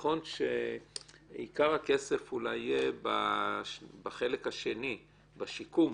נכון שעיקר הכסף אולי יהיה בחלק השני, בשיקום,